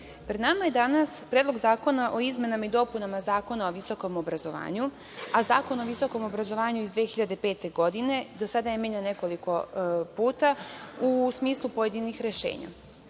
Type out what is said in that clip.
nama je danas Predlog zakona o izmenama i dopunama Zakona o visokom obrazovanju, a Zakon o visokom obrazovanju iz 2005. godine, do sada je menjan nekoliko puta u smislu pojedinih rešenja.